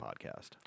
podcast